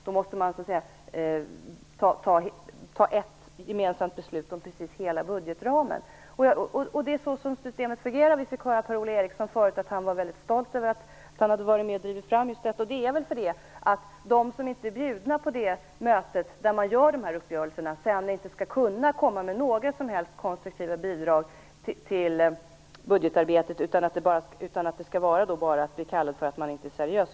Då måste man ta ett gemensamt beslut om hela budgetramen. Det är så systemet fungerar. Vi fick höra av Per Ola Eriksson förut att han var väldigt stolt över att han hade varit med och drivit fram just det systemet. De som inte är bjudna på det mötet där man träffar dessa uppgörelser skall sedan inte kunna komma med några som helst konstruktiva bidrag till budgetarbetet, utan blir kallade för att de inte är seriösa.